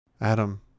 Adam